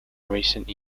recent